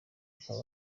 bakaba